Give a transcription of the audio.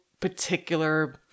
particular